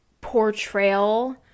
portrayal